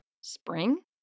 Spring